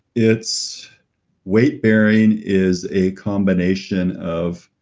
it's weight bearing is a combination of,